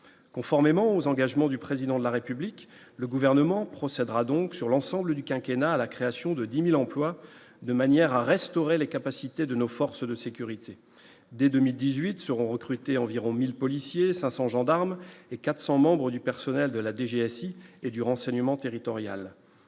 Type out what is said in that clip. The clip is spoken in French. conformément aux engagements du président de la République, le gouvernement procédera donc sur l'ensemble du quinquennat à la création de 10000 emplois de manière à restaurer les capacités de nos forces de sécurité dès 2018 seront recrutés, environ 1000 policiers 500 gendarmes et 400 membres du personnel de la DGSI et du renseignement territorial,